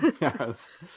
Yes